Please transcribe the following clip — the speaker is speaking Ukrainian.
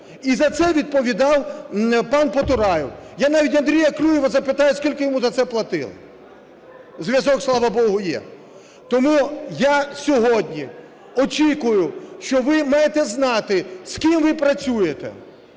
І за це відповідав пан Потураєв. Я навіть у Андрія Клюєва запитаю, скільки йому за це платили. Зв'язок, слава Богу, є. Тому я сьогодні очікую, що ви маєте знати, з ким ви працюєте.